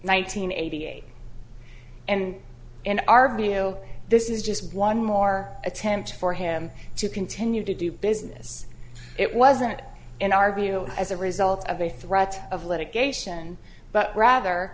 eighty eight and in our view this is just one more attempt for him to continue to do business it wasn't in our view as a result of a threat of litigation but rather